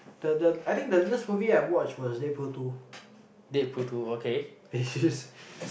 the the I think the latest movie I watched was Deadpool Two